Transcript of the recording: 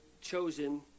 chosen